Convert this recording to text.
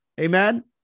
Amen